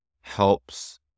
helps